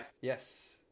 yes